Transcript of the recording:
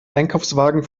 einkaufswagen